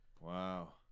Wow